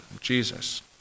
Jesus